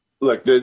Look